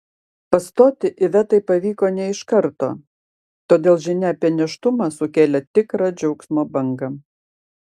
pastoti ivetai pavyko ne iš karto todėl žinia apie nėštumą sukėlė tikrą džiaugsmo bangą